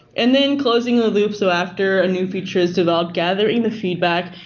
and then closing the loop, so after a new feature is developed, gathering the feedback,